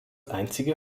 einzige